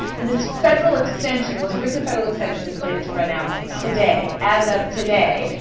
and this federal extension, most recent federal extension, is slated to run out today. as of today.